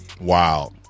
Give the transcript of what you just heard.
Wow